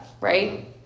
Right